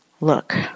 Look